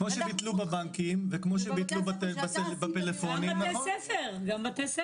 כמו שביטלו בבנקים וכמו שביטלו בפלאפונים, נכון.